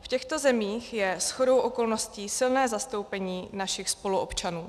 V těchto zemích je shodou okolností silné zastoupení našich spoluobčanů.